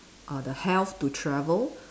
uh the health to travel